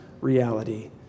reality